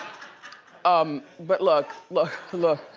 um but look, look, look,